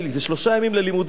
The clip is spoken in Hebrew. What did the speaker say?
זה שלושה ימים ללימודים,